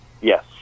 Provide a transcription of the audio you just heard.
Yes